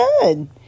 good